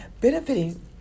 benefiting